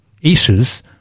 issues